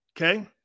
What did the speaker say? Okay